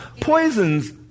Poisons